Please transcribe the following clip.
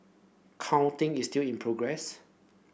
counting is still in progress